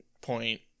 point